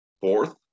Fourth